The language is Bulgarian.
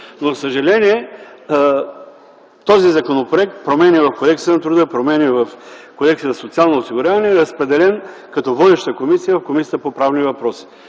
Но за съжаление този законопроект с промени в Кодекса на труда, промени в Кодекса за социално осигуряване е разпределен като водеща на Комисията по правни въпроси.